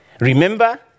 Remember